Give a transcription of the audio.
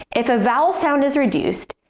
if a vowel sound is reduced,